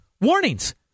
Warnings